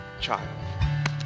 child